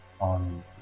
on